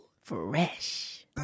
Fresh